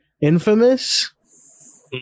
Infamous